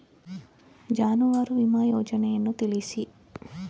ಜಾನುವಾರು ವಿಮಾ ಯೋಜನೆಯನ್ನು ತಿಳಿಸಿ?